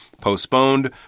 postponed